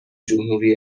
جمهوری